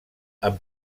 amb